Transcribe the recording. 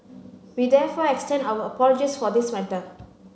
we therefore extend our apologies for this matter